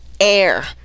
air